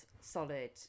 solid